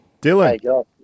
Dylan